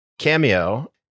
Cameo